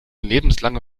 lebenslange